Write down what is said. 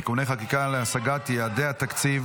כמפורט להלן: ועדת הכספים: